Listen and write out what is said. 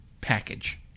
package